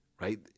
right